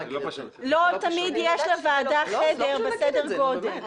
לא תמיד יש לוועדה חדר בסדר גודל.